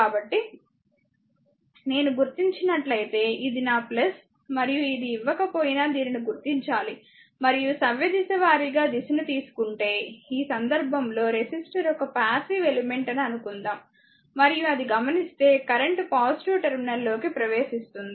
కాబట్టి నేను గుర్తించినట్లయితే ఇది నా మరియు ఇది ఇవ్వకపోయినా దీనిని గుర్తించాలి మరియు సవ్యదిశ వారీగా దిశను తీసుకుంటే ఈ సందర్భంలో రెసిస్టర్ ఒక పాసివ్ ఎలిమెంట్ అని అనుకుందాం మరియు అది గమనిస్తే కరెంట్ పాజిటివ్ టెర్మినల్ లోకి ప్రవేశిస్తుంది